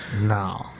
No